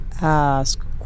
Ask